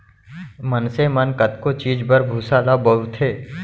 मनसे मन कतको चीज बर भूसा ल बउरथे